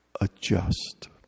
adjust